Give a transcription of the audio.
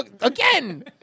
again